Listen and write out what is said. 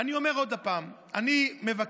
אני אומר עוד פעם: אני מבקש